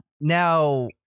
Now